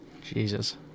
Jesus